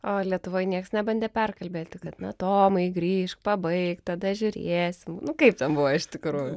o lietuvoj nieks nebandė perkalbėti kad na tomai grįžk pabaik tada žiūrėsim kaip ten buvo iš tikrųjų